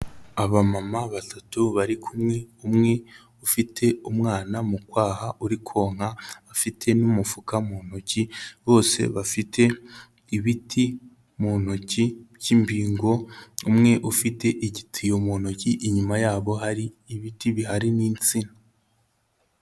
Abamama batatu bari kumwe umwe ufite umwana mu kwaha uri konka afite n'umufuka mu ntoki, bose bafite ibiti mu ntoki by'imbingo, umwe ufite igitiyo mu ntoki inyuma yabo hari ibiti bihari n'insina.